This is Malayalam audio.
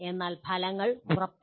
എന്നാൽ ഫലങ്ങൾ ഉറപ്പല്ല